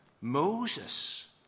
Moses